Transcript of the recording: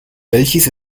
welches